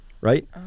right